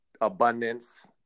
abundance